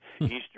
Eastern